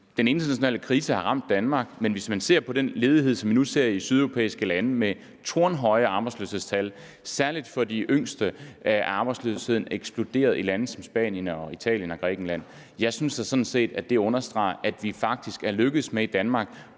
Den internationale krise har ramt Danmark, men hvis man ser på den ledighed, som vi nu ser i sydeuropæiske lande, med tårnhøje arbejdsløshedstal, særligt for de yngste er arbejdsløsheden eksploderet i lande som Spanien, Italien og Grækenland, så synes jeg da sådan set, at det understreger, at vi faktisk er lykkedes med i Danmark